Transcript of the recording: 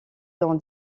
dans